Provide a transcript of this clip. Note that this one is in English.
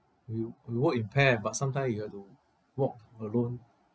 we we work in pair but sometime you have to walk alone